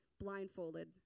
blindfolded